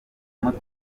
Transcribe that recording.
mvuga